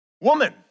Woman